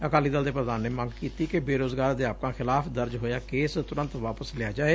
ਅਕਾਲੀ ਦਲ ਦੇ ਪ੍ਰਧਾਨ ਨੇ ਮੰਗ ਕੀਤੀ ਕਿ ਬੇਰੋਜਗਾਰ ਅਧਿਆਪਕਾਂ ਖਿਲਾਫ ਦਰਜ ਹੋਇਆ ਕੇਸ ਤੁਰੰਤ ਵਾਪਸ ਲਿਆ ਜਾਵੇ